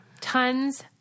tons